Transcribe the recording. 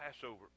Passover